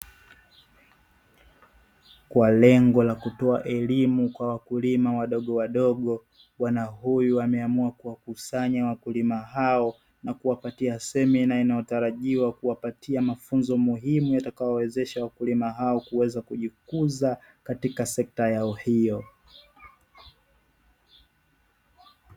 Kwa lengo la kutoa elimu kwa wakulima wadogo wadogo bwana huyu ameamua kuwakusanya wakulima hao na kuwapatia semina inayotarajiwa kuwapatia mafunzo muhimu yatakayowawezesha wakulima hao kuweza kujikuza katika sekta yao hiyo.